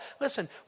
listen